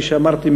כפי שאמרתי,